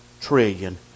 trillion